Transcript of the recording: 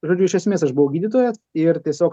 žodžiu iš esmės aš buvau gydytojas ir tiesiog